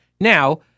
Now